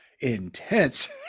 intense